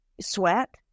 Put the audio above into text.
sweat